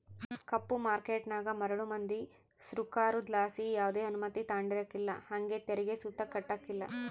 ಕಪ್ಪು ಮಾರ್ಕೇಟನಾಗ ಮರುಳು ಮಂದಿ ಸೃಕಾರುದ್ಲಾಸಿ ಯಾವ್ದೆ ಅನುಮತಿ ತಾಂಡಿರಕಲ್ಲ ಹಂಗೆ ತೆರಿಗೆ ಸುತ ಕಟ್ಟಕಲ್ಲ